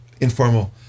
informal